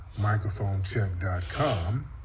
microphonecheck.com